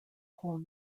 whole